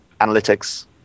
analytics